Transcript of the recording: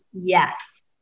yes